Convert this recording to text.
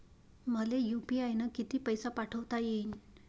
मले यू.पी.आय न किती पैसा पाठवता येईन?